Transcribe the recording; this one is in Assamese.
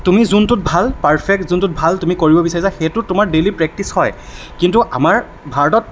তুমি যোনটোত ভাল পাৰফেক্ট যোনটোত ভাল তুমি কৰিব বিচাৰিছা সেইটো তোমাৰ ডেইলি প্ৰেকটিছ হয় কিন্তু আমাৰ ভাৰতত